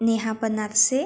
Neha Banarase